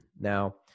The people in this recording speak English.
Now